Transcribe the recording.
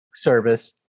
service